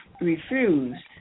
refused